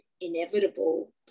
inevitable